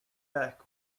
back